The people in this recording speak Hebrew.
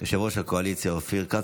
יושב-ראש הקואליציה אופיר כץ.